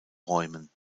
räumen